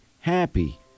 happy